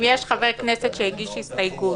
אם יש חבר כנסת שהגיש הסתייגות,